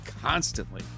constantly